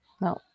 No